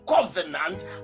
covenant